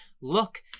look